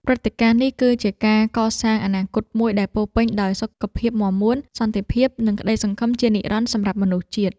ព្រឹត្តិការណ៍នេះគឺជាការកសាងអនាគតមួយដែលពោរពេញដោយសុខភាពមាំមួន សន្តិភាព និងក្ដីសង្ឃឹមជានិរន្តរ៍សម្រាប់មនុស្សជាតិ។